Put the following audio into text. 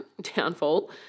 downfall